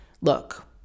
look